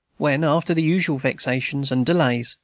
when, after the usual vexations and delays,